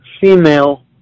female